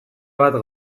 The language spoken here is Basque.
bat